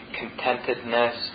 contentedness